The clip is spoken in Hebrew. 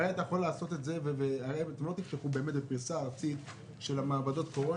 הרי אתם לא תפתחו באמת לפריסה ארצית של מעבדות הקורונה.